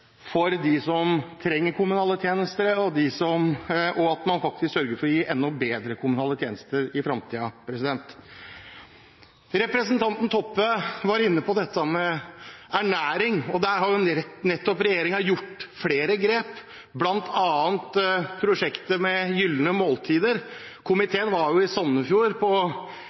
for dem som trenger kommunale tjenester, og for at man sørger for å gi enda bedre kommunale tjenester i fremtiden. Representanten Toppe var inne på dette med ernæring. Der har regjeringen nettopp gjort flere grep, bl.a. prosjektet Gylne måltidsøyeblikk. Komiteen var i Sandefjord og så på